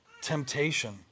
Temptation